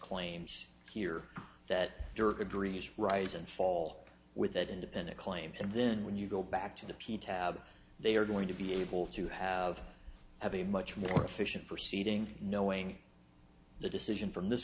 claims here that dirk agrees rise and fall with that independent claim and then when you go back to the p tab they are going to be able to have have a much more efficient for seating knowing the decision from this